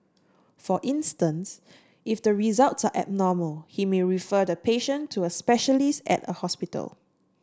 for instance if the results are abnormal he may refer the patient to a specialist at a hospital